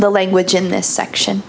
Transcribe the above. the language in this section